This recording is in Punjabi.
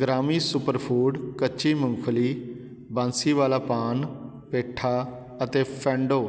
ਗ੍ਰਾਮੀ ਸੁਪਰਫੂਡ ਕੱਚੀ ਮੂੰਗਫਲੀ ਬਾਂਸੀਵਾਲਾ ਪਾਨ ਪੇਠਾ ਅਤੇ ਫ਼ੈਂਡੋ